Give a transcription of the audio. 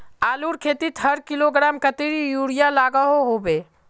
आलूर खेतीत हर किलोग्राम कतेरी यूरिया लागोहो होबे?